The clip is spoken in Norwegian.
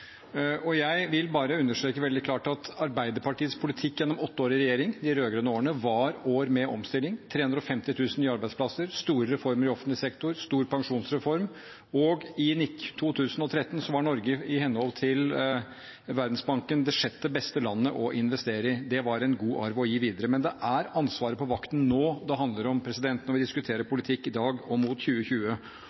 flyktninger. Jeg vil understreke veldig klart at Arbeiderpartiets politikk gjennom åtte år i regjering, de rød-grønne årene, var år med omstilling, 350 000 nye arbeidsplasser, store reformer i offentlig sektor, stor pensjonsreform, og i 2013 var Norge i henhold til Verdensbanken det sjette beste landet å investere i. Det var en god arv å gi videre. Men det er ansvaret på vakten nå det handler om når vi diskuterer politikk i dag og mot 2020,